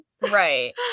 Right